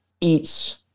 eats